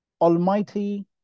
Almighty